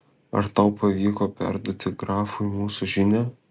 ar tau pavyko perduoti grafui mūsų žinią